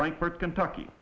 frankfort kentucky